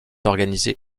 organisé